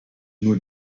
nur